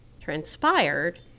transpired